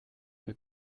will